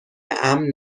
امن